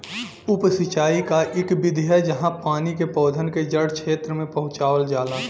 उप सिंचाई क इक विधि है जहाँ पानी के पौधन के जड़ क्षेत्र में पहुंचावल जाला